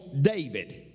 David